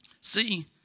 See